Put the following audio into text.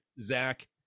Zach